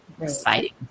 Exciting